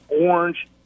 orange